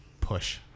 Push